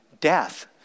death